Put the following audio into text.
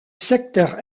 secteur